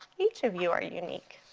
each of you are unique.